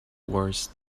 worse